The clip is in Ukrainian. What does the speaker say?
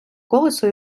колесо